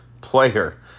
player